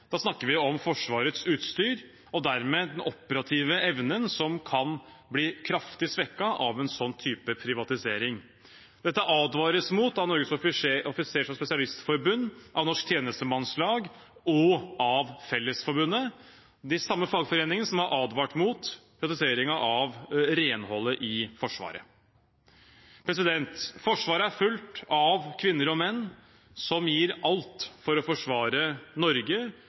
Da snakker vi om Forsvarets utstyr og dermed den operative evnen som kan bli kraftig svekket av en slik type privatisering. Dette advares det mot av Norges offisers- og spesialistforbund, av Norsk Tjenestemannslag og av Fellesforbundet – de samme fagforeningene som har advart mot privatiseringen av renholdet i Forsvaret. Forsvaret er fullt av kvinner og menn som gir alt for å forsvare Norge,